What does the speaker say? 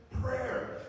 prayer